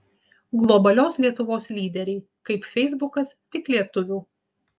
globalios lietuvos lyderiai kaip feisbukas tik lietuvių